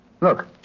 Look